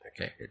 Okay